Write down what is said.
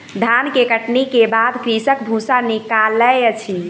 धान के कटनी के बाद कृषक भूसा निकालै अछि